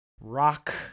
rock